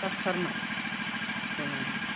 दास सारनाव औ औ